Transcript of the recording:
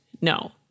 No